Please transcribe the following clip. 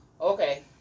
Okay